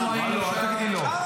אל תגיד לי לא.